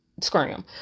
Scram